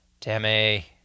Tammy